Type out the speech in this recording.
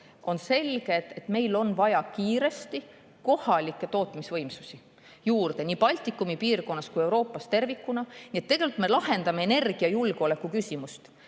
on selge, et meil on vaja kiiresti kohalikke tootmisvõimsusi juurde, nii Baltikumi piirkonnas kui ka Euroopas tervikuna. Nii et tegelikult me lahendame energiajulgeoleku küsimust.